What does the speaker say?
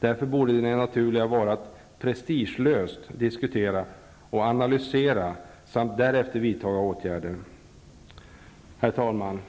Därför borde det naturliga vara att prestigelöst diskutera och analysera samt därefter vidtaga åtgärder. Herr talman!